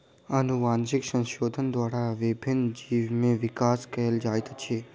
अनुवांशिक संशोधन द्वारा विभिन्न जीव में विकास कयल जाइत अछि